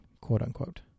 quote-unquote